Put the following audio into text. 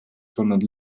tulnud